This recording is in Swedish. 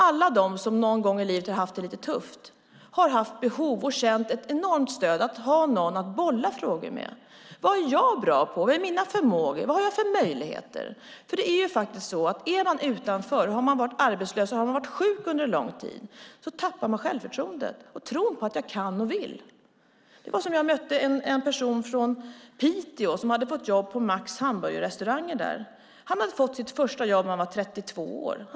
Alla de som någon gång i livet har haft det lite tufft har haft behov av och känt ett enormt stöd av att ha någon att bolla frågor med. Vad är jag bra på? Vilka är mina förmågor? Vad har jag för möjligheter? Har man varit arbetslös eller sjuk under lång tid tappar man självförtroendet och tron på att man kan och vill. Jag mötte en person från Piteå som hade fått jobb på Max Hamburgerrestauranger. Han hade fått sitt första jobb vid 32 års ålder.